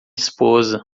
esposa